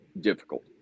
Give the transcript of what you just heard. difficult